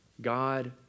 God